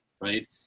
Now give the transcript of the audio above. right